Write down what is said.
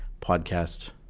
podcast